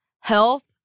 health